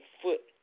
foot